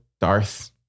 Darth